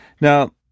Now